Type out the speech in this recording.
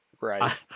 Right